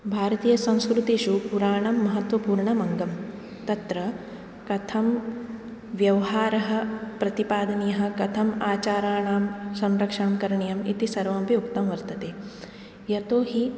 भारतीयसंस्कृतिषु पुराणं महत्त्वपूर्णम् अङ्गं तत्र कथं व्यवहारः प्रतिपादनीयः कथम् आचाराणां संरक्षणं करणीयम् इति सर्वम् अपि उक्तं वर्तते यतो हि